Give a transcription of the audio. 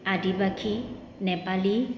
Adivasi Nepali